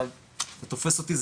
אתה תופס אותי,